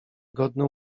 godny